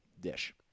dish